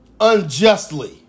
unjustly